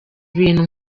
ibintu